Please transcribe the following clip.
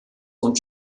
und